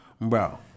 Bro